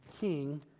king